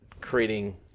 creating